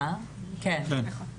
כן.